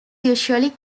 usually